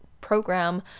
program